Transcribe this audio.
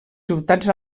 ciutats